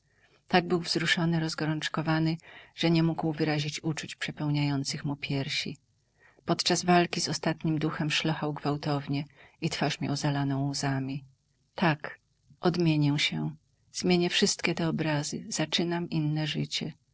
tak był wzruszony rozgorączkowany że nie mógł wyrazić uczuć przepełniających mu piersi podczas walki z ostatnim duchem szlochał gwałtownie i twarz miał zalaną łzami tak odmienię się zmienię wszystkie te obrazy zaczynam inne życie